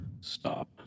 stop